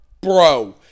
Bro